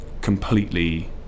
completely